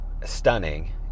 stunning